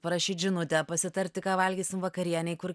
parašyti žinutę pasitarti ką valgys vakarienei kur